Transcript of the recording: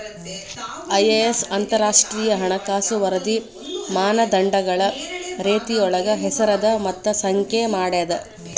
IAS ಅಂತರಾಷ್ಟ್ರೇಯ ಹಣಕಾಸು ವರದಿ ಮಾನದಂಡಗಳ ರೇತಿಯೊಳಗ ಹೆಸರದ ಮತ್ತ ಸಂಖ್ಯೆ ಮಾಡೇದ